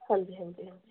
ਹਾਂਜੀ ਹਾਂਜੀ ਹਾਂਜੀ